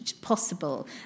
possible